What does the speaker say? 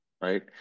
right